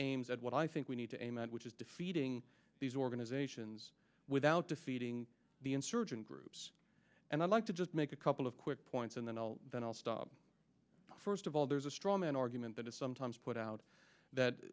aims at what i think we need to aim at which is defeating these organizations without defeating the insurgent groups and i'd like to just make a couple of quick points and then i'll then i'll stop first of all there's a straw man argument that is sometimes put out that